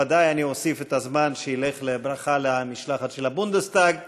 ודאי אני אוסיף את הזמן שיידרש לברכה למשלחת של הבונדסטאג.